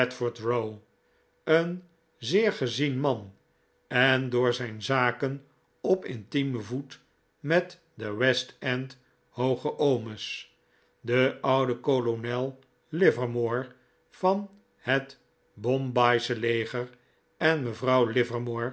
een zeer gezien man en door zijn zaken op intiemen voet met de west-end hooge oomes de oude kolonel livermore van het bombaysche leger en mevrouw livermore